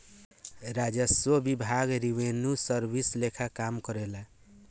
राजस्व विभाग revenue service लेखा काम करेला